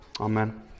Amen